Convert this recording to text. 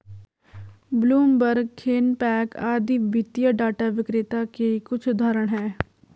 Bloomberg, RavenPack आदि वित्तीय data विक्रेता के कुछ उदाहरण हैं